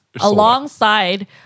alongside